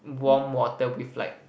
warm water with like